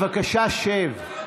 חבר הכנסת טיבי, בבקשה שב.